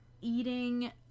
Eating